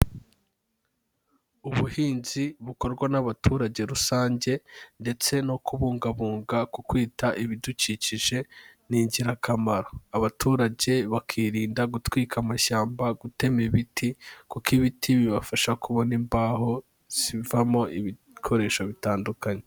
Ubuhinzi bukorwa n'abaturage rusange ndetse no kubungabunga ku kwita ibidukikije ni ingirakamaro, abaturage bakirinda gutwika amashyamba, gutema ibiti kuko ibiti bibafasha kubona imbaho zivamo ibikoresho bitandukanye.